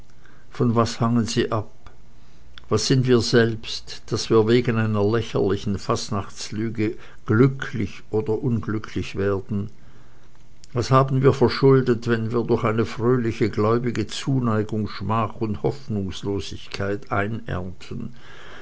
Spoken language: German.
von was hängen sie ab was sind wir selbst daß wir wegen einer lächerlichen fastnachtslüge glücklich oder unglücklich werden was haben wir verschuldet wenn wir durch eine fröhliche gläubige zuneigung schmach und hoffnungslosigkeit einernten